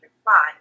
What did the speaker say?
reply